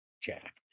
jack